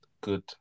good